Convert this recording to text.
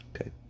Okay